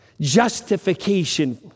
justification